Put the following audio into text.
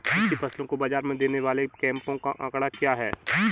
कृषि फसलों को बाज़ार में देने वाले कैंपों का आंकड़ा क्या है?